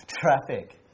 Traffic